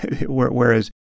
whereas